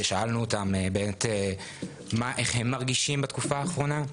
כששאלנו אותם איך הם מרגישים בתקופה האחרונה.